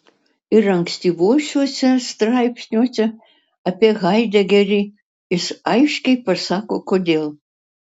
ir ankstyvuosiuose straipsniuose apie haidegerį jis aiškiai pasako kodėl